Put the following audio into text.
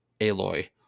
aloy